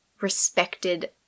respected